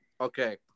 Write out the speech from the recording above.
Okay